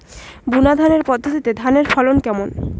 বুনাধানের পদ্ধতিতে ধানের ফলন কেমন?